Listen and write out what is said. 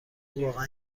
واقعا